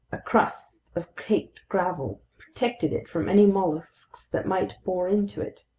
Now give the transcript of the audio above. a crust of caked gravel protected it from any mollusks that might bore into it.